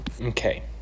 Okay